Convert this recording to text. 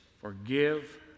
forgive